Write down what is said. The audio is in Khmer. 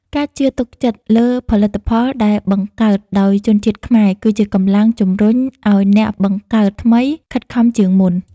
ការជឿទុកចិត្តលើផលិតផលដែលបង្កើតដោយជនជាតិខ្មែរគឺជាកម្លាំងជំរុញឱ្យអ្នកបង្កើតថ្មីខិតខំជាងមុន។